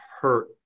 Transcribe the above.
hurt